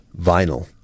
vinyl